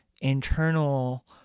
internal